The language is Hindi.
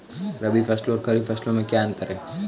रबी फसलों और खरीफ फसलों में क्या अंतर है?